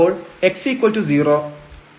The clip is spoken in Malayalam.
അപ്പോൾ x0